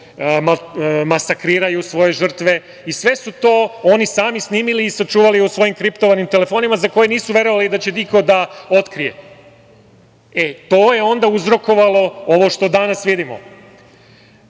masakriraju svoje žrtve. Sve su to oni sami snimili i sačuvali u svojim kriptovanim telefonima, za koje nisu verovali da će iko da otkrije. To je onda uzrokovalo ovo što danas